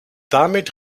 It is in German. damit